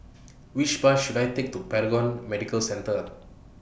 Which Bus should I Take to Paragon Medical Centre